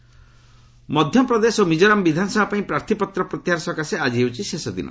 Mizoram campaigning Madhya Pradesh ଓ ମିକୋରାମ ବିଧାନସଭା ପାଇଁ ପ୍ରାଥୀପତ୍ର ପ୍ରତ୍ୟାହାର ସକାଶେ ଆଜି ହେଉଛି ଶେଷ ଦିନ